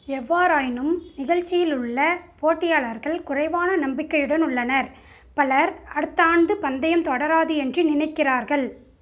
எவ்வாறாயினும் நிகழ்ச்சியில் உள்ள போட்டியாளர்கள் குறைவான நம்பிக்கையுடன் உள்ளனர் பலர் அடுத்த ஆண்டு பந்தயம் தொடராது என்று நினைக்கிறார்கள்